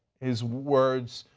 his words,